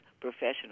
professional